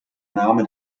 name